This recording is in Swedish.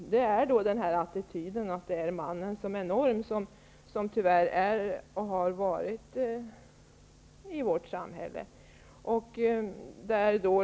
Attityden att mannen är en norm har tyvärr funnits och finns i vårt samhälle.